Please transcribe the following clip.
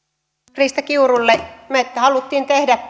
krista kiurulle me halusimme tehdä